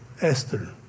Esther